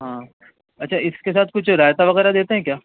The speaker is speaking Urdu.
ہاں اچھا اِس کے ساتھ کچھ رایتا وغیرہ دیتے ہیں کیا